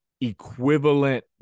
equivalent